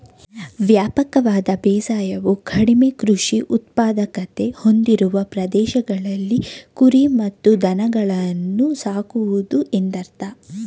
ವ್ಯಾಪಕವಾದ ಬೇಸಾಯವು ಕಡಿಮೆ ಕೃಷಿ ಉತ್ಪಾದಕತೆ ಹೊಂದಿರುವ ಪ್ರದೇಶಗಳಲ್ಲಿ ಕುರಿ ಮತ್ತು ದನಗಳನ್ನು ಸಾಕುವುದು ಎಂದರ್ಥ